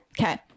Okay